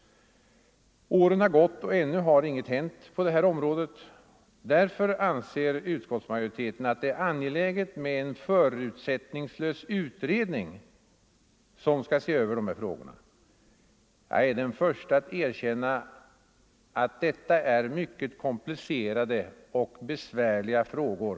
Åren har gått och ännu har det inte hänt något på det här området. Därför anser utskottsmajoriteten att det är angeläget med en förutsättningslös utredning som skall se över frågorna. Jag är den förste att erkänna att detta är mycket komplicerade och besvärliga frågor.